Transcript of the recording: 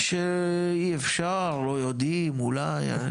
שאי אפשר, לא יודעים, אולי.